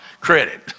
credit